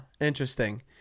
Interesting